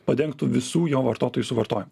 padengtų visų jo vartotojų suvartojimą